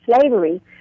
slavery